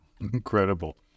Incredible